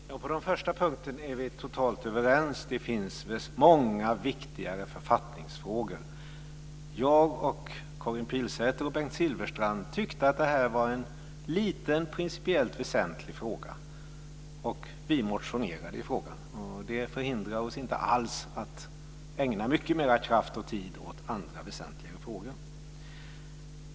Herr talman! På den första punkten är vi totalt överens. Det finns många viktigare författningsfrågor. Jag, Karin Pilsäter och Bengt Silfverstrand tyckte att det var en liten principiellt väsentlig fråga, och vi motionerade i frågan. Det förhindrar oss inte alls att ägna mycket mera kraft och tid åt andra väsentligare frågor.